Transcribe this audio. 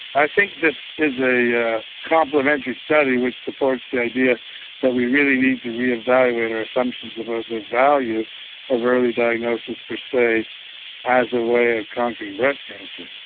i think this is a a complementary study which supports the idea that we really need to re-evaluate our assumptions about the value of early diagnosis per se as a way of conquering breast cancer.